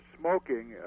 smoking